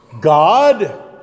God